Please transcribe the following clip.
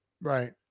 Right